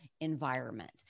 environment